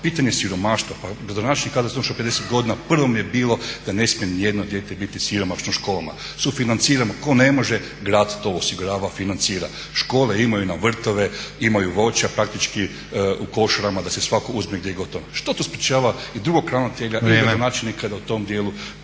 Pitanje siromaštva, pa gradonačelnik …/Govornik se ne razumije./… 50 godina u prvom je bilo da ne smije ni jedno dijete biti siromašno u školama. Sufinanciramo, tko ne može grad to osigurava, financira. Škole, imaju vrtove, imaju voća, praktički u košarama da si svatko uzme …/Govornik se ne razumije./…. Što to sprječava i drugog ravnatelja i gradonačelnika da u tom dijelu